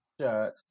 shirt